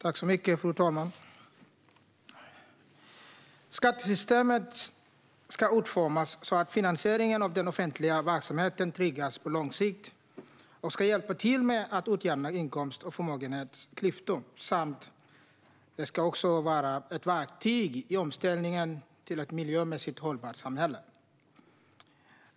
Fru talman! Skattesystemet ska utformas så att finansieringen av den offentliga verksamheten tryggas på lång sikt. Det ska hjälpa till med att utjämna inkomst och förmögenhetsklyftor, och det också ska vara ett verktyg i omställningen till ett miljömässigt hållbart samhälle.